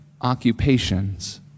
occupations